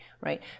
right